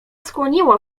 skłoniło